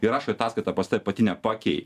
ir rašo į ataskaitą pas tave patinę paakiai